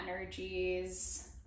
energies